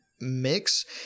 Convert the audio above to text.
mix